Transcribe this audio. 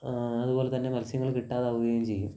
അതുപോലെത്തന്നെ മത്സ്യങ്ങൾ കിട്ടാതാവുകയും ചെയ്യും